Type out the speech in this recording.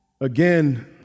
Again